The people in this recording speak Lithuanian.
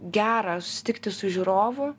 gera susitikti su žiūrovu